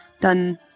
done